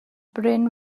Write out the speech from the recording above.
bryn